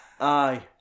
aye